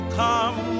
come